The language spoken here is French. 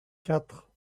quatre